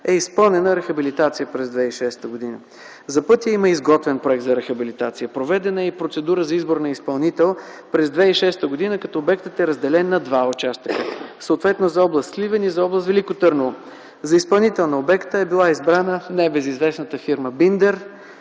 е изпълнена рехабилитация през 2006 г. За пътя има изготвен проект за рехабилитация. Проведена е и процедура за избор на изпълнител през 2006 г., като обектът е разделен на два участъка: съответно за област Сливен и за област Велико Търново. За изпълнител на обекта е била избрана небезизвестната фирма „Биндер”